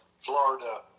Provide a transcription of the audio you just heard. Florida